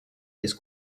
his